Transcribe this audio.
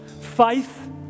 faith